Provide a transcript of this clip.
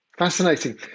Fascinating